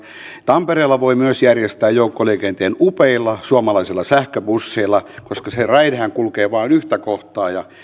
tampereella voi myös järjestää joukkoliikenteen upeilla suomalaisilla sähköbusseilla koska se raidehan kulkee vain yhtä kohtaa ja